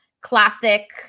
classic